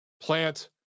Plant